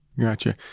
Gotcha